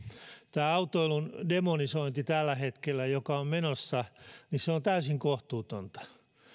tämä autoilun demonisointi joka tällä hetkellä on menossa on täysin kohtuutonta